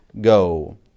go